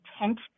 intent